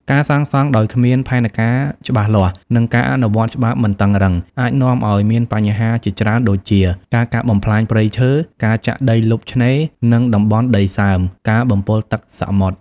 ការសាងសង់ដោយគ្មាន ផែនការច្បាស់លាស់ និង ការអនុវត្តច្បាប់មិនតឹងរ៉ឹង អាចនាំឲ្យមានបញ្ហាជាច្រើនដូចជា ការកាប់បំផ្លាញព្រៃឈើ ការចាក់ដីលុបឆ្នេរ និងតំបន់ដីសើម ការបំពុលទឹកសមុទ្រ។